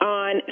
on